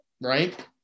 right